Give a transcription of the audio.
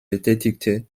betätigte